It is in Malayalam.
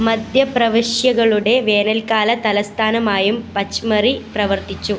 മധ്യ പ്രവിശ്യകളുടെ വേനൽക്കാല തലസ്ഥാനമായും പച്മറി പ്രവർത്തിച്ചു